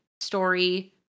story